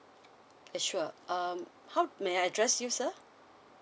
sure um how may I address you sir